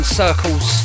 circles